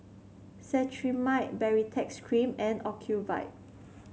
Cetrimide Baritex Cream and Ocuvite